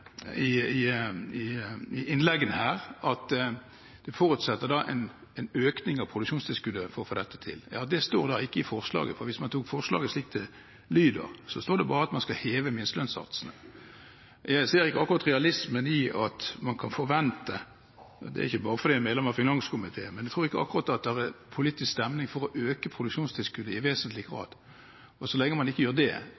Det sies riktignok i innleggene her at det forutsetter en økning i produksjonstilskuddet for å få dette til. Ja, det står det ikke i forslaget. Hvis man tar forslaget slik det lyder, står det bare at man skal heve minstesatsene. Jeg ser ikke akkurat realismen i at man kan forvente det – og det er ikke bare fordi jeg er medlem av finanskomiteen. Men jeg tror ikke akkurat det er politisk stemning for å øke produksjonstilskuddet i vesentlig